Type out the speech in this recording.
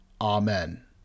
Amen